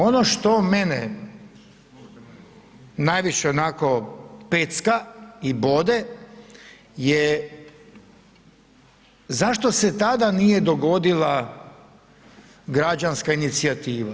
Ono što mene najviše onako pecka i bode je zašto se tada nije dogodila građanska inicijativa?